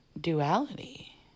duality